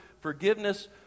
forgiveness